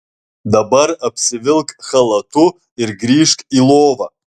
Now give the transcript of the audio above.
dabar apsivilk chalatu ir grįžk į lovą